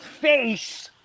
face